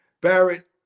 Barrett